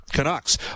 Canucks